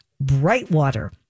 Brightwater